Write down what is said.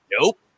Nope